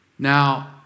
Now